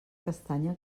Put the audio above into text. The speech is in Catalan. castanya